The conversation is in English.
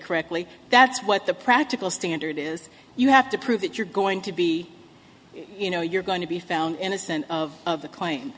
correctly that's what the practical standard is you have to prove that you're going to be you know you're going to be found innocent of of the c